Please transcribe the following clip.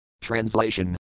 Translation